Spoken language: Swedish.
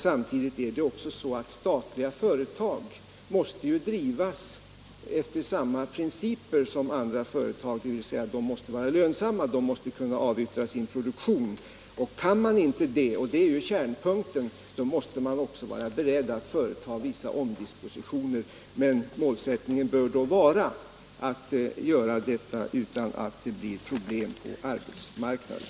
Samtidigt måste statliga företag drivas efter samma principer som andra företag, dvs. de måste vara lönsamma och måste kunna avyttra sin produktion. Kan man inte det — och det är ju kärnpunkten — måste man också vara beredd att vidta nödvändiga omdispositioner. Målsättningen bör då vara att detta skall göras så att man så långt möjligt undviker att skapa problem på arbetsmarknaden.